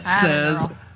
says